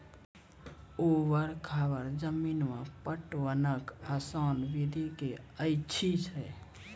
ऊवर खाबड़ जमीन मे पटवनक आसान विधि की ऐछि?